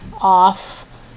off